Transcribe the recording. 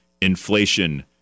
inflation